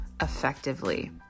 effectively